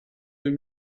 deux